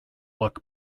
look